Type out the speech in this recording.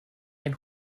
ein